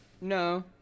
No